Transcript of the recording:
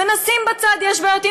ונשים בצד יש בעיות עם